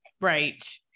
right